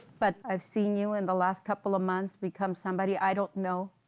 but i've seen you in the last couple of months become somebody i don't know.